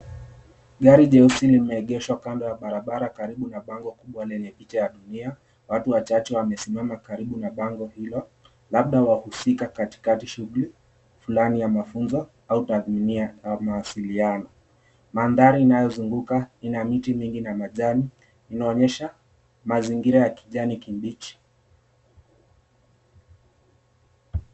Gari jeusi limegeshwa kando ya barabara karibu na bango kubwa lenye picha ya dunia. Watu wachache wamesimama karibu na bango hilo labda wahusika katikati ya mafunzo au tathmini ya mawasiliano, mandhari inayozunguka ina miti mingi na majani inaonyesha mazingira ya kijani kibichi.